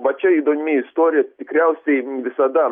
va čia įdomi istorija tikriausiai visada